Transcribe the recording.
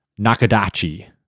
nakadachi